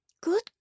Good